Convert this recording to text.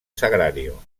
sagrario